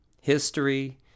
history